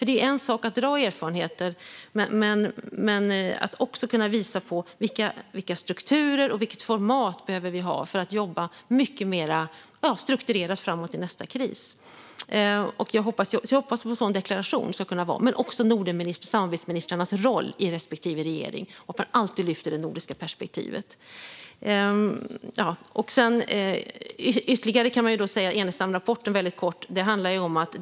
Det är en sak att dra erfarenheter. Men det gäller att också kunna visa på vilka strukturer och vilket format vi behöver ha för att jobba mycket mer strukturerat framåt i nästa kris. Jag hoppas på en sådan deklaration. Det handlar också om Nordenministrarnas och samarbetsministrarnas roll i respektive regering och att man alltid lyfter det nordiska perspektivet. Jag kan kort säga något ytterligare om Enestamrapporten.